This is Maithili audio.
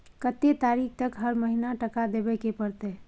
कत्ते तारीख तक हर महीना टका देबै के परतै?